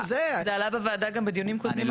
--- זה עלה בוועדה גם בדיונים קודמים על הקרן הזאת.